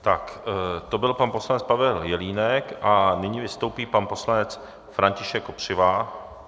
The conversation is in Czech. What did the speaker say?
Tak to byl pan poslanec Pavel Jelínek a nyní vystoupí pan poslanec František Kopřiva.